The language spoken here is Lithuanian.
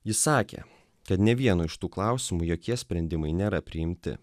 jis sakė kad ne vienu iš tų klausimų jokie sprendimai nėra priimti